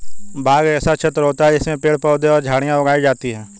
बाग एक ऐसा क्षेत्र होता है जिसमें पेड़ पौधे और झाड़ियां उगाई जाती हैं